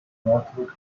northwood